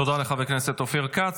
תודה לחבר הכנסת אופיר כץ.